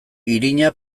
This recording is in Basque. irina